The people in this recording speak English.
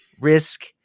risk